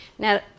Now